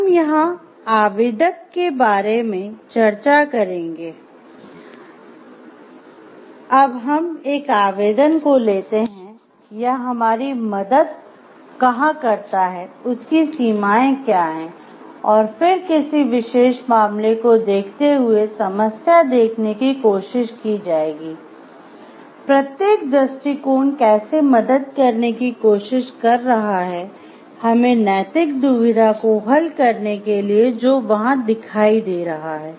हम यहां दोनों आवेदक के बारे में चर्चा करेंगे अब हम एक आवेदन को लेते हैं यह हमारी मदद कहाँ करता है उसकी सीमायें क्या है और फिर किसी विशेष मामले को देखते हुए समस्या देखने की कोशिश की जाएगी प्रत्येक दृष्टिकोण कैसे मदद करने की कोशिश कर रहा है हमें नैतिक दुविधा को हल करने के लिए जो वहां दिखाई दे रहा है